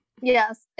Yes